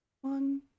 one